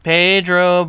Pedro